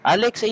Alex